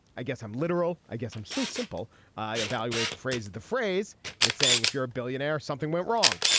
i guess i'm literal. i guess i'm so simple. i evaluate the phrase the phrase and it's saying if you're a billionaire something went wrong.